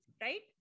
right